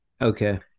Okay